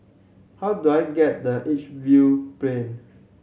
how do I get the Edgefield Plain